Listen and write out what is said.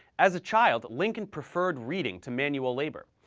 as a child, lincoln preferred reading to manual labor.